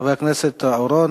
חברי הכנסת אורון,